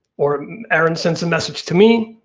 or erin sends a message to me,